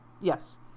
yes